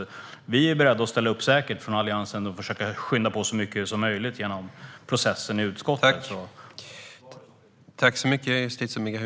Vi från Alliansen är beredda att ställa upp för att skynda på processen i utskottet så mycket som möjligt.